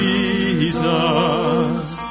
Jesus